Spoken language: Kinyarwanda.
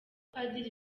abapadiri